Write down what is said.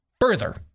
further